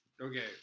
Okay